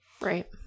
Right